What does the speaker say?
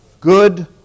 Good